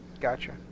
Gotcha